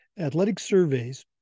Athleticsurveys